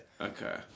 Okay